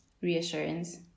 reassurance